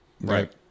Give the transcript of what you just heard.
right